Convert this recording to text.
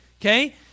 Okay